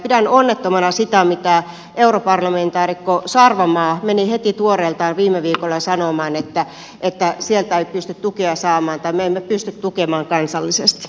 pidän onnettomana sitä mitä europarlamentaarikko sarvamaa meni heti tuoreeltaan viime viikolla sanomaan että sieltä ei pysty tukea saamaan tai me emme pysty tukemaan kansallisesti